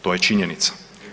To je činjenica.